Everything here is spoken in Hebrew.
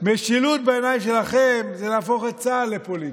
משילות בעיניים שלכם זה להפוך את צה"ל לפוליטי,